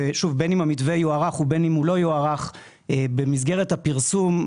שוב בין אם המתווה יוארך ובין אם הוא לא יוארך במסגרת הפרסום,